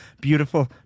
beautiful